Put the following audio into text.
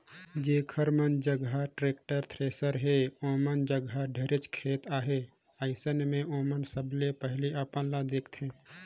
जेखर मन जघा टेक्टर, थेरेसर हे ओमन जघा ढेरेच खेत अहे, अइसन मे ओमन सबले पहिले अपन ल देखथें